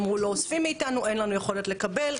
אמרו לא אוספים מאתנו, אין לנו יכולת לקבל.